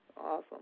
Awesome